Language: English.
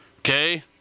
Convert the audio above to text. Okay